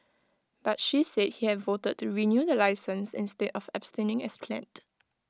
but she said he had voted to renew the licence instead of abstaining as planned